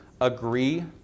agree